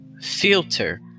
filter